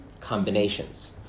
Combinations